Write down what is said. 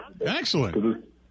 Excellent